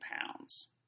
pounds